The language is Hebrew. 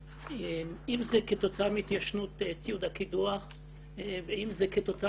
שאם זה כתוצאה מהתיישנות ציוד הקידוח ואם זה כתוצאה מדברים אחרים.